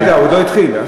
הגדולות.